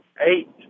eight